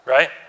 Right